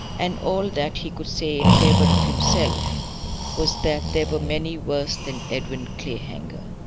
and all that he could say in favour of himself was that there were many worse than edwin clayhanger.